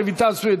רויטל סויד,